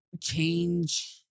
change